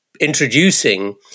introducing